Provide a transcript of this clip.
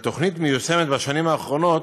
התוכנית מיושמת בשנים האחרונות